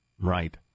right